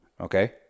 okay